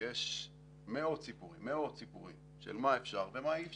יש מאות סיפורים של מה אפשר ומה אי אפשר.